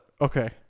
okay